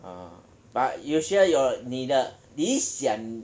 orh but you share your 你的理想